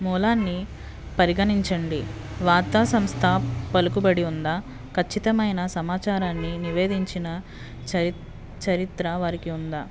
మూలాన్ని పరిగణించండి వార్తా సంస్థ పలుకుబడి ఉందా ఖచ్చితమైన సమాచారాన్ని నివేదించిన చరి చరిత్ర వారికి ఉందా